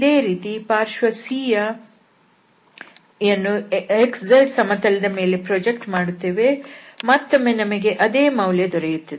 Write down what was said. ಇದೇ ರೀತಿ ಪಾರ್ಶ್ವ C ಯನ್ನು xz ಸಮತಲದ ಮೇಲೆ ಪ್ರಾಜೆಕ್ಟ್ ಮಾಡುತ್ತೇವೆ ಮತ್ತೊಮ್ಮೆ ನಮಗೆ ಅದೇ ಮೌಲ್ಯ ದೊರೆಯುತ್ತದೆ